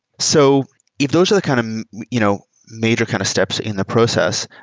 so if those are the kind of you know major kind of steps in the process,